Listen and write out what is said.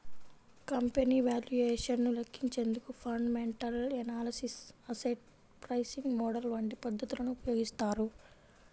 company valuation ను లెక్కించేందుకు fundamental analysis, asset pricing model వంటి పద్ధతులను ఉపయోగిస్తారు